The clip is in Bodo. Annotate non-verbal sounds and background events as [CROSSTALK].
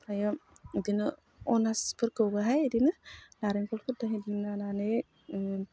ओमफ्रायो बिदिनो अनासिफोरखौबोहाय बिदिनो नारेंखलखौ [UNINTELLIGIBLE] लानानै